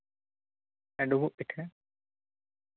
ᱰᱩᱵᱩᱜ ᱯᱤᱴᱷᱟᱹ